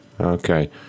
Okay